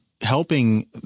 helping